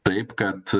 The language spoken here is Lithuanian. taip kad